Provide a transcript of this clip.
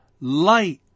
light